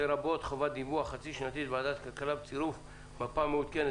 לרבות חובת דיווח חצי שנתית בוועדת הכלכלה בצירוף מפה מעודכנת.